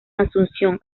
asunción